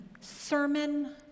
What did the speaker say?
sermon